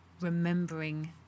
remembering